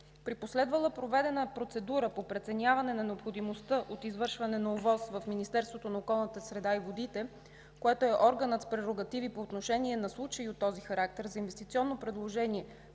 При последвала проведена процедура по преценяване на необходимостта от извършване на ОВОС в Министерството на околната среда и водите, което е органът с прерогативи по отношение на случаи от този характер – за инвестиционно предложение,